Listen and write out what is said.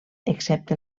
excepte